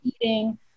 eating